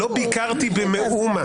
לא ביקרתי במאומה.